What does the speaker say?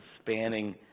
spanning